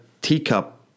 teacup